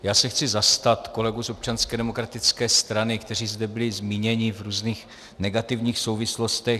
Já se chci zastat kolegů z Občanské demokratické strany, kteří zde byli zmíněni v různých negativních souvislostech.